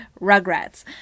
rugrats